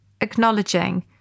acknowledging